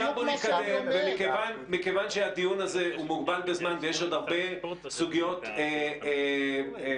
מכיוון שהדיון הזה מוגבל בזמן ויש עוד הרבה סוגיות בדרך,